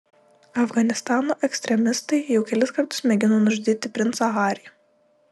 afganistano ekstremistai jau kelis kartus mėgino nužudyti princą harį